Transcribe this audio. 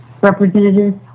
representatives